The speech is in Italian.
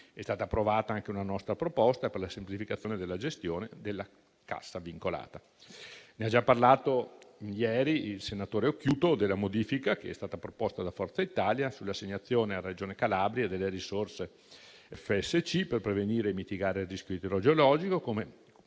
È stata approvata anche una nostra proposta per la semplificazione della gestione della cassa vincolata. Ha già parlato ieri il senatore Occhiuto della modifica che è stata proposta da Forza Italia sull'assegnazione alla Regione Calabria delle risorse FSC per prevenire e mitigare il rischio idrogeologico, come